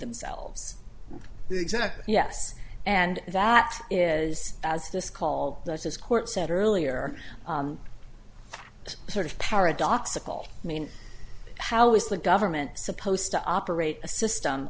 themselves the exact yes and that is as this call this court said earlier sort of paradoxical i mean how is the government supposed to operate a system